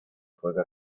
juega